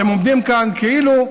אתם עומדים כאן כאילו,